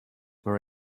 were